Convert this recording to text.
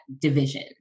division